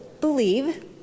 believe